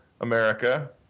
America